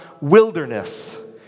wilderness